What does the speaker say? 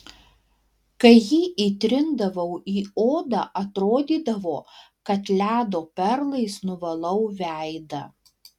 kai jį įtrindavau į odą atrodydavo kad ledo perlais nuvalau veidą